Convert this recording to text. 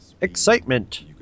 Excitement